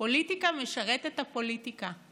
יהודית וליברלית.